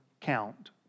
count